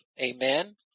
Amen